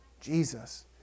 Jesus